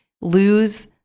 lose